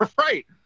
Right